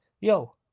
yo